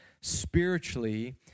spiritually